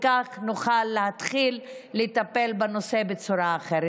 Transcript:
וכך נוכל להתחיל לטפל בנושא בצורה אחרת.